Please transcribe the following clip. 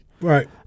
Right